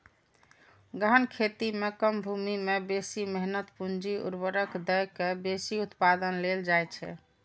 गहन खेती मे कम भूमि मे बेसी मेहनत, पूंजी, उर्वरक दए के बेसी उत्पादन लेल जाइ छै